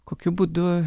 kokiu būdu